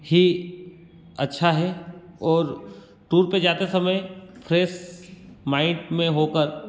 ही अच्छा है और टूर पर जाते समय फ्रेश माइंड में होकर